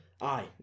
Aye